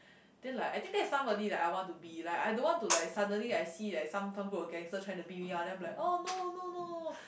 then like I think that's somebody like I want to be like I don't want to like suddenly I see like some some group of gangsters so try to beat me lah then I'm like oh no no no